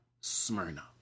Smyrna